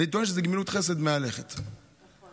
אני טוען שזאת גמילות חסד מהלכת, נכון.